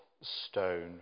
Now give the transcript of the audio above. stone